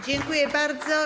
Dziękuję bardzo.